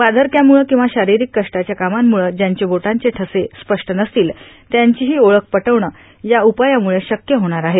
वार्धक्यामुळं किंवा शारीरिक कष्टाच्या कामांमुळं ज्यांचे बोटांचे ठसे स्पष्ट नसतील त्यांचीही ओळख पटवणं या उपायामुळं शक्य होणार आहे